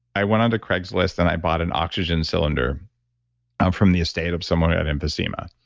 i went on to craigslist and i bought an oxygen cylinder from the estate of someone who had emphysema.